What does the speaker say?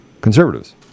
conservatives